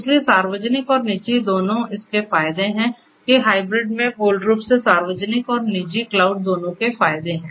इसलिए सार्वजनिक और निजी दोनों इसके फायदे हैं कि हाइब्रिड मैं मूल रूप से सार्वजनिक और निजी क्लाउड दोनों के फायदे हैं